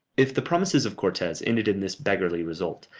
if the promises of cortes ended in this beggarly result,